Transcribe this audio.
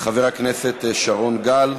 חבר הכנסת שרון גל.